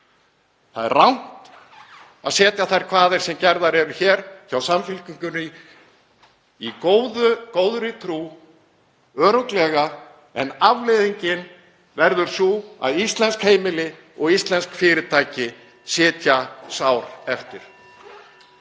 Það er rangt að setja þær kvaðir sem gerðar eru hjá Samfylkingunni í góðri trú, örugglega, en afleiðingin verður sú að íslensk heimili og íslensk fyrirtæki sitja sár eftir.